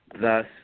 thus